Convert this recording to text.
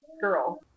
girl